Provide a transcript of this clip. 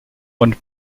und